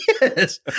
Yes